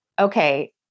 Okay